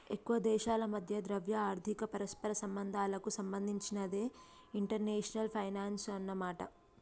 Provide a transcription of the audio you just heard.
ఎక్కువ దేశాల మధ్య ద్రవ్య ఆర్థిక పరస్పర సంబంధాలకు సంబంధించినదే ఇంటర్నేషనల్ ఫైనాన్సు అన్నమాట